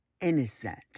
innocent